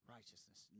Righteousness